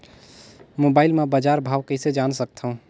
Mobile म बजार भाव कइसे जान सकथव?